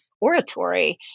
oratory